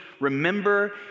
remember